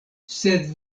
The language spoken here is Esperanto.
sed